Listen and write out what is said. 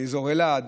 מאזור אלעד,